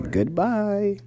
Goodbye